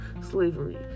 slavery